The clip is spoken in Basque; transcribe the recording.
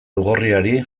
lugorriari